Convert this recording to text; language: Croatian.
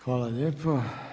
Hvala lijepo.